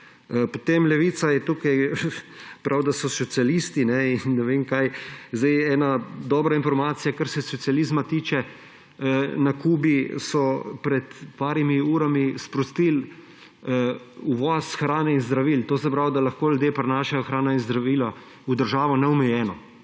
Potem Levica tukaj pravi, da so socialisti in ne vem kaj. Ena dobra informacija, kar se socializma tiče, na Kubi so pred nekaj urami sprostili uvoz hrane in zdravil, to se pravi, da lahko ljudje prinašajo hrano in zdravila v državo neomejeno.